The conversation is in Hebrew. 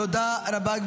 תודה רבה.